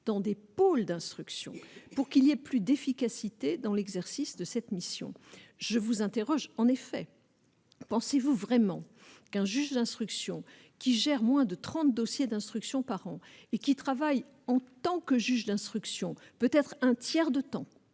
dans des pôles d'instruction pour qu'il y a plus d'efficacité dans l'exercice de cette mission je vous interroge, en effet, pensez-vous vraiment qu'un juge d'instruction qui gèrent moins de 30 dossiers d'instruction par an et qui travaillent en tant que juge d'instruction, peut-être un tiers de temps